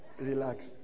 relax